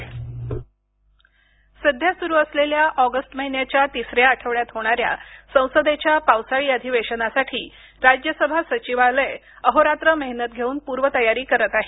अधिवेशन सध्या सुरू असलेल्या ऑगस्ट महिन्याच्या तिसऱ्या आठवड्यात होणाऱ्या संसदेच्या पावसाळी अधिवेशनासाठी राज्यसभा सचिवालय अहोरात्र मेहनत घेऊन पूर्वतयारी करत आहे